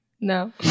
No